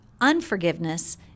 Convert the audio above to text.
unforgiveness